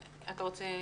להשיב.